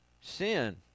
sin